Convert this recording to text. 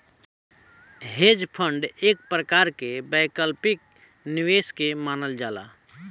hedge fund एक प्रकार के वैकल्पिक निवेश के मानल जाला